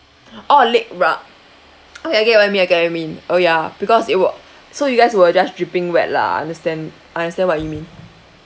oh leg rug okay okay I got what you mean I got what you mean oh ya because it wa~ so you guys were just dripping wet lah understand I understand what you mean